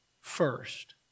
first